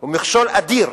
הוא מכשול אדיר,